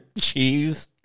cheese